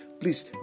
please